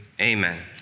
amen